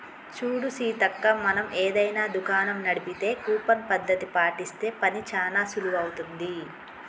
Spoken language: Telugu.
చూడు సీతక్క మనం ఏదైనా దుకాణం నడిపితే కూపన్ పద్ధతి పాటిస్తే పని చానా సులువవుతుంది